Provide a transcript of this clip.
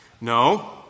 No